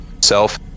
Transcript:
...self